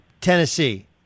Tennessee